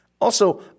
Also-